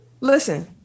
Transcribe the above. Listen